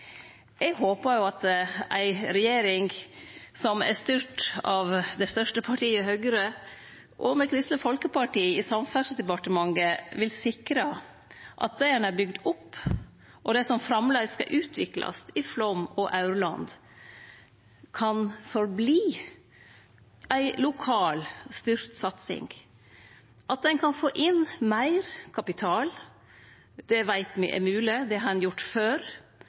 Eg håpar jo at ei regjering styrt av Høgre som største parti, og med Kristeleg Folkeparti i Samferdselsdepartementet, vil sikre at det ein har bygd opp, og det som framleis skal utviklast i Flåm og Aurland, kan fortsetje å vere ei lokalstyrt satsing – at ein kan få inn meir kapital, det veit me er mogleg, det har ein gjort før,